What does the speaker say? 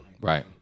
Right